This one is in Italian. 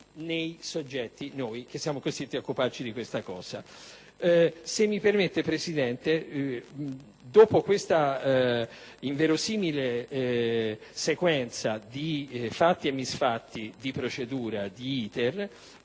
nei soggetti, cioè noi che siamo costretti ad occuparci della questione. Se mi permette, signora Presidente, dopo questa inverosimile sequenza di fatti e misfatti, di procedura e di